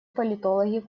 политологи